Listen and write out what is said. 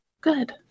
good